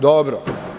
Dobro.